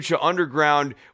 underground